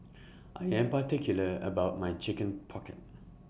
I Am particular about My Chicken Pocket